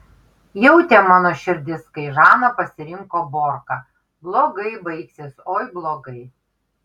jautė mano širdis kai žana pasirinko borką blogai baigsis oi blogai